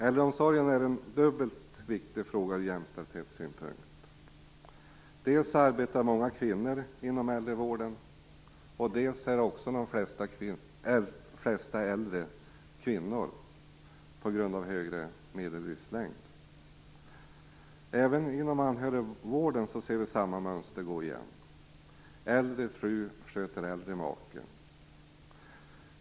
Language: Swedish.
Äldreomsorgen är en dubbelt viktig fråga ur jämställdhetssynpunkt. Dels arbetar många kvinnor inom äldrevården, dels är de flesta äldre kvinnor, på grund av högre medellivslängd. Även inom anhörigvården ser vi samma mönster gå igen.